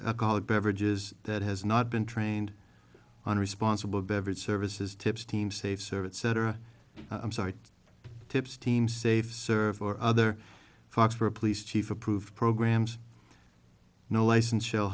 alcoholic beverages that has not been trained on responsible beverage services tips team safe service cetera i'm sorry tips team safe serve or other facts for a police chief approved programs no license shell